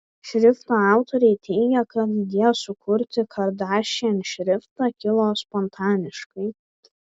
šrifto autoriai teigia kad idėja sukurti kardashian šriftą kilo spontaniškai